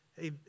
hey